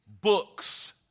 books